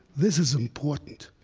this is important.